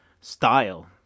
style